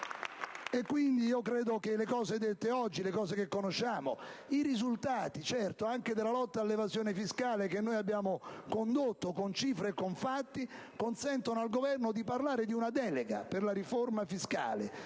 Quindi, credo che le cose dette oggi, le cose che conosciamo, i risultati anche della lotta all'evasione fiscale, che abbiamo condotto con cifre e con fatti, consentano al Governo di parlare di una delega per la riforma fiscale;